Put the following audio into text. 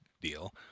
deal